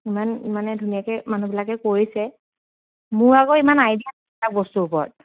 ইমান মানে ধুনীয়াকৈ মানুহবিলাকে কৰিছে মোৰ আকৌ ইমান আইডিয়া নাই বস্তুৰ ওপৰত